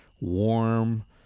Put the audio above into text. warm